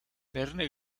verne